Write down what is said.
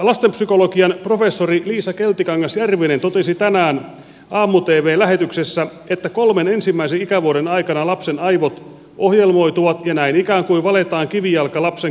lastenpsykologian professori liisa keltikangas järvinen totesi tänään aamu tvn lähetyksessä että kolmen ensimmäisen ikävuoden aikana lapsen aivot ohjelmoituvat ja näin ikään kuin valetaan kivijalka lapsen kaikenlaiselle kehitykselle